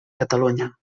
catalunya